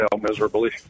miserably